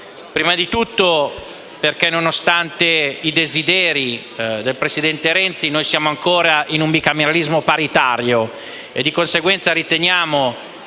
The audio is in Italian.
Prima di tutto perché, nonostante i desideri del presidente Renzi, siamo ancora in un bicameralismo paritario, e di conseguenza riteniamo